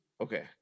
Okay